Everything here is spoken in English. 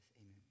Amen